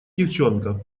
девчонка